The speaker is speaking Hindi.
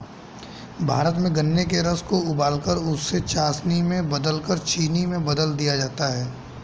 भारत में गन्ने के रस को उबालकर उसे चासनी में बदलकर चीनी में बदल दिया जाता है